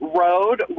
road